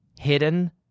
hidden